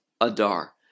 Adar